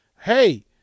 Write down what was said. Hey